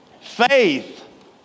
Faith